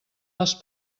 les